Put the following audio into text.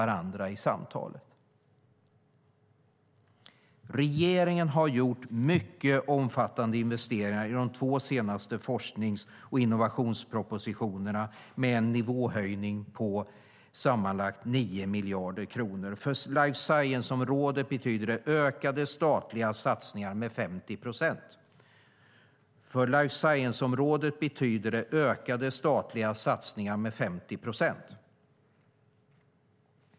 Regeringen har gjort mycket omfattande investeringar i de två senaste forsknings och innovationspropositionerna med en nivåhöjning på sammanlagt 9 miljarder kronor. För life science-området betyder det ökade statliga satsningar med 50 procent.